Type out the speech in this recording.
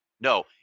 No